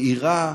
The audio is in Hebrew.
מאירה,